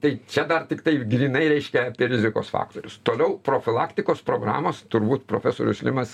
tai čia dar tiktai grynai reiškia apie rizikos faktorius toliau profilaktikos programos turbūt profesorius limas